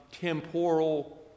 temporal